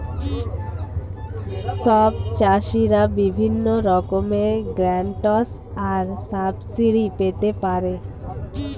সব চাষীরা বিভিন্ন রকমের গ্র্যান্টস আর সাবসিডি পেতে পারে